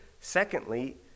Secondly